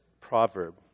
proverb